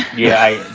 yeah,